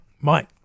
mike